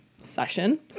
session